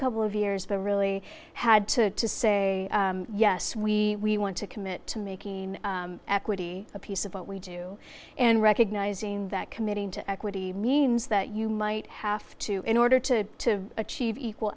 couple of years but really had to say yes we we want to commit to making equity a piece of what we do and recognizing that committing to equity means that you might have to in order to achieve equal